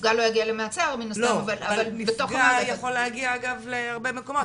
הנפגע יכול להגיע אגב להרבה מקומות.